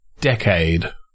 Decade